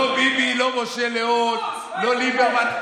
לא ביבי, לא משה ליאון, לא ליברמן.